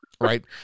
Right